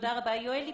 נעבור ליואל ליפוביצקי.